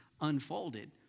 unfolded